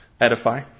edify